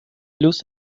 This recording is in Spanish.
luz